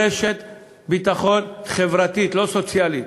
רשת ביטחון חברתית, לא סוציאלית.